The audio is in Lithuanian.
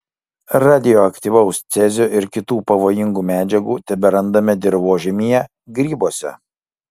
radioaktyvaus cezio ir kitų pavojingų medžiagų teberandame dirvožemyje grybuose